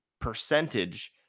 percentage